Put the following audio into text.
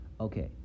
Okay